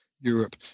Europe